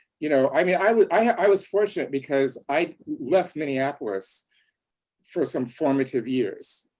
you know, i mean, i was i was fortunate because i left minneapolis for some formative years.